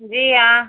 जी हाँ